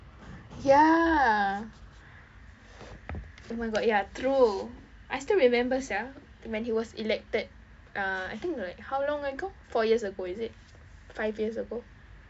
ya oh my god ya true I still remember sia when he was elected ah I think like how long ago four years ago is it five years ago